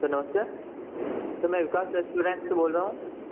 sir नमस्ते sir मैं Vikas restaurant से बोल रहा हूँ